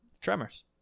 Tremors